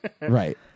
Right